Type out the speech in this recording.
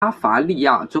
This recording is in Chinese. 巴伐利亚州